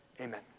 Amen